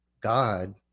God